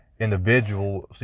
Individual